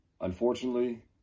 Unfortunately